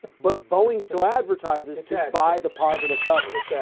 but boeing still advertises to buy the positive coverage.